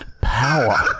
power